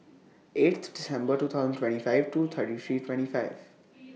eighth December two thousand twenty five two thirty three twenty five